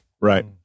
Right